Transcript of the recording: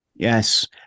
yes